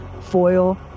foil